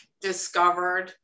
discovered